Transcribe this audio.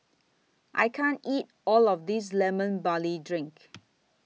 I can't eat All of This Lemon Barley Drink